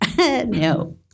No